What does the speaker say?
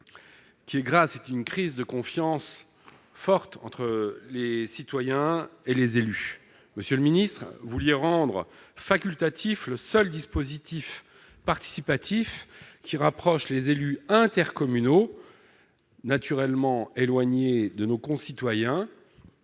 crise démocratique et de confiance entre les citoyens et les élus, monsieur le ministre, vous envisagez de rendre facultatif le seul dispositif participatif qui rapproche les élus intercommunaux, naturellement éloignés de nos concitoyens,